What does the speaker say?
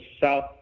south